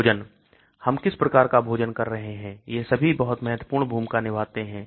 भोजन हम किस प्रकार का भोजन कर रहे हैं यह सभी बहुत महत्वपूर्ण भूमिका निभाते हैं